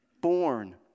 Born